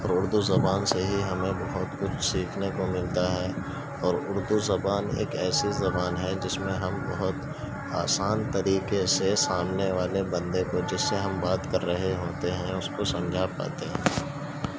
اور اردو زبان سے ہی ہمیں بہت کچھ سیکھنے کو ملتا ہے اور اردو زبان ایک ایسی زبان ہے جس میں ہم بہت آسان طریقے سے سامنے والے بندے کو جس سے ہم بات کر رہے ہوتے ہیں اس کو سمجھا پاتے ہیں